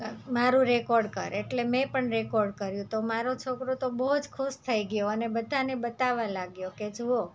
મારું રેકોર્ડ કર એટલે મેં પણ રેકોર્ડ કર્યું તો મારો છોકરો તો બહુ જ ખુશ થઇ ગયો અને બધાને બતાવવા લાગ્યો કે જુઓ